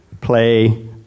play